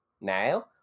Now